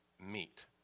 meet